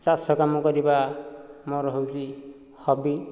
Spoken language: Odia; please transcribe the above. ଚାଷ କାମ କରିବା ମୋର ହେଉଛି ହବି